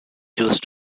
juice